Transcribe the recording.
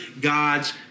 God's